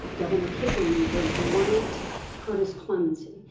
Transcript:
governor hickenlooper, grant curtis clemency,